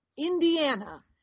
Indiana